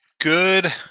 Good